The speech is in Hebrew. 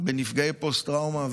בנפגעי פוסט-טראומה.